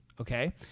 Okay